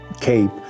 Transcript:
cape